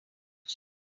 much